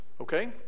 Okay